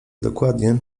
dokładnie